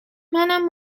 منم